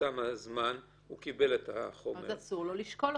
שתם הזמן הוא קיבל את החומר --- אז אסור לו לשקול אותו.